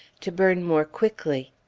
to burn more quickly.